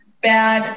bad